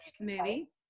movie